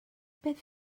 beth